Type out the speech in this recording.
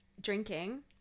Drinking